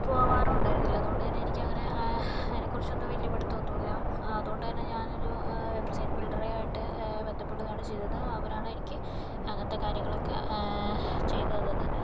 പോകാറും ഉണ്ടായിരുന്നില്ല അതുകൊണ്ട് എനിക്കങ്ങനെ അതിനെ കുറിച്ചൊന്നും വലിയ പിടിത്തമൊന്നും ഇല്ല അതുകൊണ്ട് തന്നെ ഞാൻ ഒരു വെബ്സൈറ്റ് ബിൽഡറെ ആയിട്ട് ബന്ധപ്പെടുകയാണ് ചെയ്തത് അവരാണ് എനിക്ക് അങ്ങനത്തെ കാര്യങ്ങളൊക്കെ ചെയ്തുതന്നത്